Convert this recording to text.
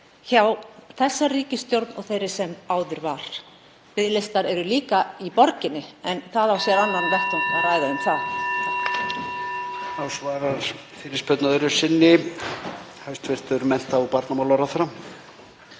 hjá þessari ríkisstjórn og þeirri sem áður var. Biðlistar eru líka í borginni en það á sér annan vettvang að ræða um það.